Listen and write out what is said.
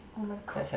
oh my god